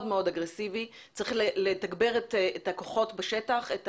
מאוד אגרסיבי; צריך לתגבר את הכוחות בשטח,